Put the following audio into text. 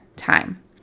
time